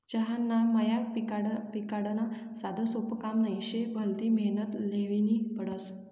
चहाना मया पिकाडनं साधंसोपं काम नही शे, भलती मेहनत ल्हेनी पडस